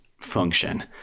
function